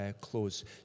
close